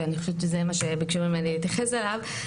שאני חושבת שזה מה שביקשו ממני להתייחס אליו,